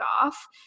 off